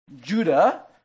Judah